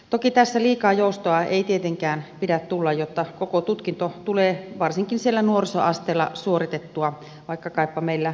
toki tässä liikaa joustoa ei tietenkään pidä tulla jotta koko tutkinto tulee varsinkin siellä nuorisoasteella suoritettua vaikka kaipa meillä ikiteekkareitakin on